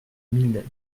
mille